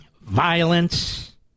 violence